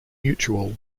mutual